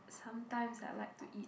sometimes I like to eat